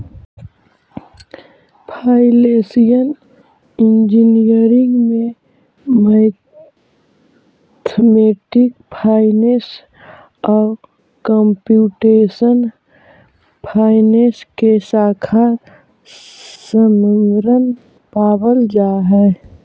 financial engineering में mathematical finance आउ computational finance के शाखा के सम्मिश्रण पावल जा हई